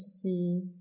see